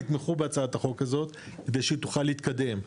יתמכו בהצעת החוק הזאת כדי שהיא תוכל להתקדם,